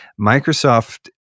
Microsoft